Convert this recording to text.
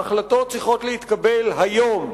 ההחלטות צריכות להתקבל היום.